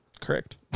Correct